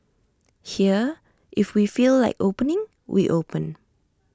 here if we feel like opening we open